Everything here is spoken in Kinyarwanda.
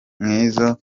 nk’izo